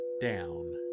down